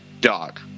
dog